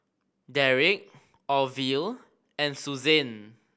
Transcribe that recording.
Derick Orville and Susanne